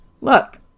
look